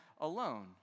alone